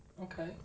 Okay